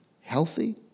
healthy